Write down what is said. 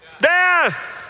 Death